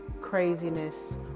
craziness